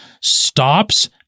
stops